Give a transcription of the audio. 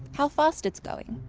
how fast it's going.